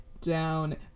down